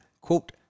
quote